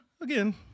Again